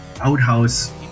outhouse